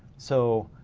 so